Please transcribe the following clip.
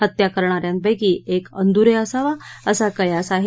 हत्या करणा यांपैकी एक अंद्रे असावा असा कयास आहे